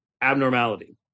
abnormality